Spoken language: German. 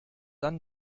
dann